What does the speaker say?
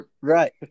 Right